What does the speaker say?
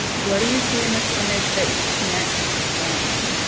what do you see in this image that you can't explain?